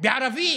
בערבית